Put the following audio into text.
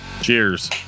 cheers